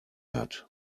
hat